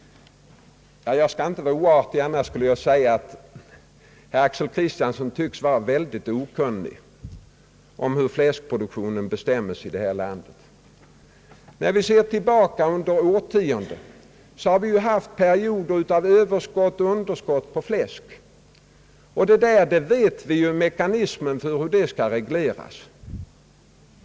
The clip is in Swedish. Jag skall inte vara oartig, annars skulle jag säga att herr Axel Kristiansson tycks vara väldigt okunnig om hur fläskproduktionen bestämmes i detta land. Under årtionden har vi haft perioder med överskott eller underskott på fläsk. Vi vet hur, detta skall regleras.